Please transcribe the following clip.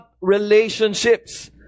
relationships